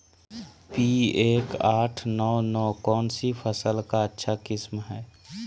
P एक आठ नौ नौ कौन सी फसल का अच्छा किस्म हैं?